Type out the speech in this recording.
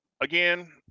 again